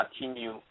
continue